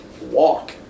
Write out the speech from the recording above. walk